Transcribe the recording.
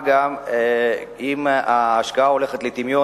מה גם שאם ההשקעה יורדת לטמיון,